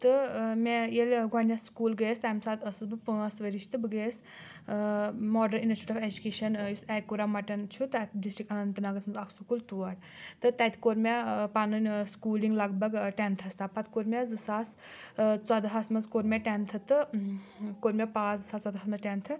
تہٕ ٲں مےٚ ییٚلہِ گۄڈٕنیٚتھ سکوٗل گٔیٚیَس تَمہِ ساتہٕ ٲسٕس بہٕ پانٛژھ ؤرِش تہٕ بہٕ گٔیٚیَس ٲں model institute of education ٲں یُس ایکوٗرا مَٹَن چھُ تَتھ ڈِسٹِرٛکٹ اننٛت ناگس منٛز اَکھ سکوٗل تور تہٕ تَتہِ کٔر مےٚ ٲں پنٕنۍ ٲں سکوٗلِنٛگ لگ بھگ ٲں ٹیٚنتھس تام پتہٕ کوٚر مےٚ زٕ ساس ٲں ژۄدہَس منٛز کوٚر مےٚ ٹیٚنتھہٕ تہٕ کوٚر مےٚ پاس زٕ ساس ژۄدہَس منٛز ٹیٚنتھہٕ